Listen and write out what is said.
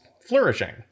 flourishing